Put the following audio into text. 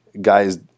guys